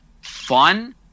fun